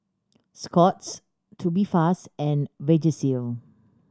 Scott's Tubifast and Vagisil